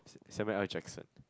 Samuel-L-Jackson